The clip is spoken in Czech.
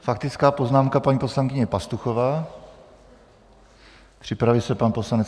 Faktická poznámka, paní poslankyně Pastuchová, připraví se pan poslanec Králíček.